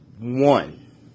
one